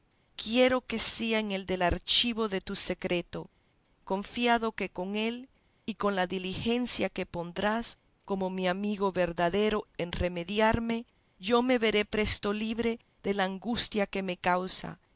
quiero que sea en la del archivo de tu secreto confiado que con él y con la diligencia que pondrás como mi amigo verdadero en remediarme yo me veré presto libre de la angustia que me causa